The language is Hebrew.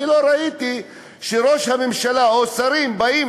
אני לא ראיתי שראש הממשלה או שרים באים